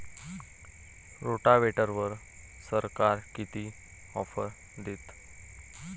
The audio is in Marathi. रोटावेटरवर सरकार किती ऑफर देतं?